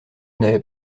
n’avais